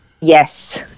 Yes